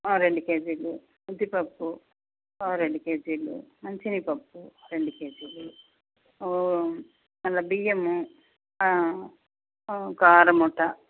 రెండు కేజీలు ఉద్దిపప్పు రెండు కేజీలు మళ్ళీ శనగ పప్పు రెండు కేజీలు మళ్లీ బియ్యము ఒక అర మూట